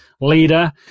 leader